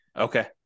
Okay